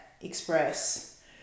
express